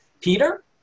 Peter